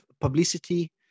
publicity